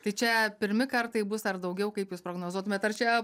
tai čia pirmi kartai bus ar daugiau kaip jūs prognozuotumėt ar čia